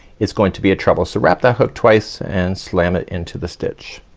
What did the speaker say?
it's going to be a treble. so wrap that hook twice, and slam it into the stitch.